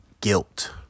guilt